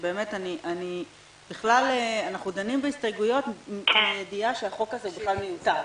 אנחנו דנים בהסתייגויות בידיעה שהחוק הזה הוא בכלל מיותר.